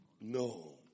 No